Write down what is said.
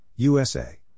USA